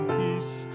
peace